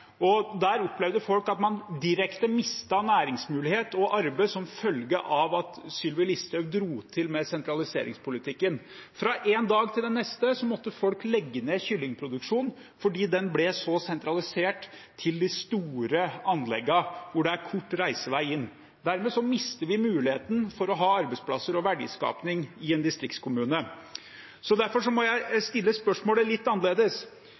Der opplevde folk at man direkte mistet næringsmulighet og arbeid som følge av at Sylvi Listhaug dro til med sentraliseringspolitikken. Fra en dag til den neste måtte folk legge ned kyllingproduksjonen fordi den ble sentralisert til de store anleggene hvor det er kort reisevei inn. Dermed mister vi muligheten til å ha arbeidsplasser og verdiskaping i en distriktskommune. Derfor må jeg stille spørsmålet litt annerledes: